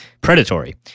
Predatory